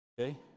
okay